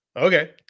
okay